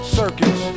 circus